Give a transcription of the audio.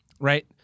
right